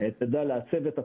תדע לעצב את התכנים,